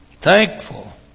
Thankful